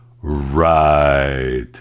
Right